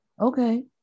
okay